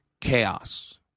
Chaos